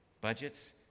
budgets